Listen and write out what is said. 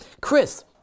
Chris